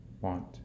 want